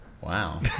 Wow